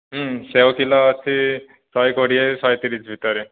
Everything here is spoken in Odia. ଉଁ ସେଓ କିଲୋ ଅଛି ଶହେକୋଡ଼ିଏ ଶହେତିରିଶ ଭିତରେ